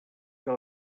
que